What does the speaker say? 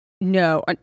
No